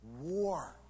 war